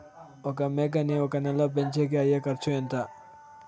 ఒక మేకని ఒక నెల పెంచేకి అయ్యే ఖర్చు ఎంత?